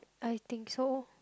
I think so